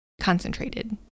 concentrated